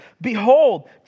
behold